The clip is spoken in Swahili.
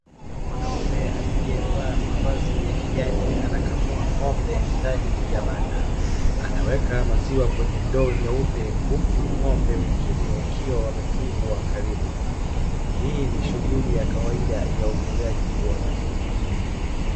Mwanaume aliyevaa mavazi ya kijani anakamua ng'ombe ndani ya banda. Anaweka maziwa kwenye ndoo nyeupe huku ng'ombe wengine wakiwa wamefungwa karibu. Hii ni shughuli ya kawaida ya ufugaji wa maziwa.